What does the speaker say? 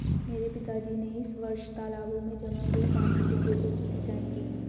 मेरे पिताजी ने इस वर्ष तालाबों में जमा हुए पानी से खेतों की सिंचाई की